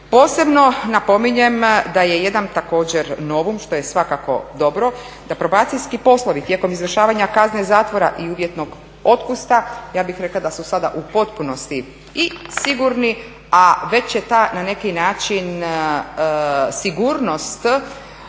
također napominjem da je jedan također novum što je svakako dobro da probacijski poslovi tijekom izvršavanja kazne zatvora i uvjetnog otpusta ja bih rekla da su sada u potpunosti i sigurni a već je ta na neki način sigurnost